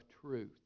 truth